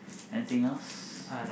anything else